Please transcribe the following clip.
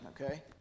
okay